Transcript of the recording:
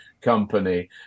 Company